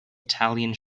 italian